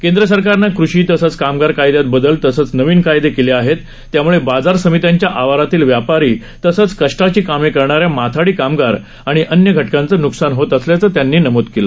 केंद्र सरकारने कृषी तसंच कामगार कायद्यात बदल तसंच नवीन कायदे केले आहेत त्यामुळे बाजार समित्यांच्या आवारातील व्यापारी तसंच कष्टाची कामे करणाऱ्या माथाडी कामगार आणि अन्य घटकांचं न्कसान होत असल्याचं या बैठकीत सांगण्यात आलं